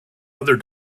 other